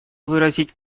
выразить